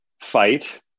fight